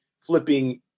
flipping